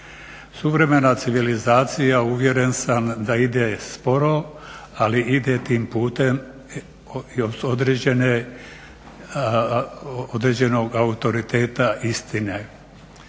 Suvremena civilizacija uvjeren sam da ide spore, ali ide tim putem i s određene, određenog autoriteta istine.